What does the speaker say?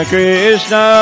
Krishna